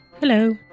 Hello